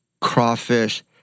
crawfish